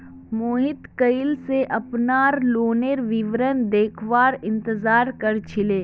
मोहित कइल स अपनार लोनेर विवरण देखवार इंतजार कर छिले